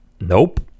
Nope